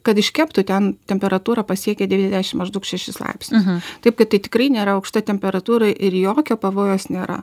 kad iškeptų ten temperatūra pasiekia devydešim maždaug šešis laipsnius taip kad tai tikrai nėra aukšta temperatūra ir jokio pavojaus nėra